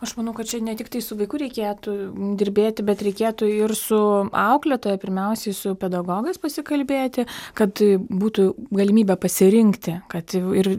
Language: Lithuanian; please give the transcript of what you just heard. aš manau kad čia ne tiktai su vaiku reikėtų dirbėti bet reikėtų ir su auklėtoja pirmiausiai su pedagogais pasikalbėti kad būtų galimybė pasirinkti kad ir